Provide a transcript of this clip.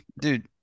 dude